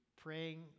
praying